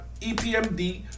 EPMD